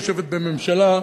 יושבת בממשלה,